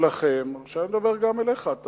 שלכם, עכשיו אני מדבר גם אליך, אתה